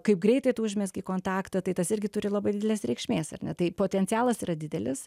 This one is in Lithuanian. kaip greitai tu užmezgi kontaktą tai tas irgi turi labai didelės reikšmės ar ne tai potencialas yra didelis